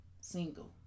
single